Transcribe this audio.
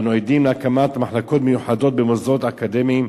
ואנחנו עדים להקמת מחלקות מיוחדות במוסדות אקדמיים,